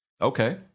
okay